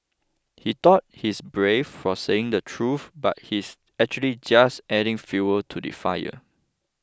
he thought he's brave for saying the truth but he's actually just adding fuel to the fire